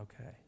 Okay